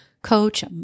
coach